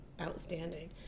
outstanding